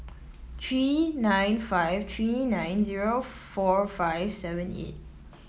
three nine five three nine zero four five seven eight